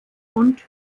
und